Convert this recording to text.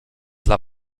dla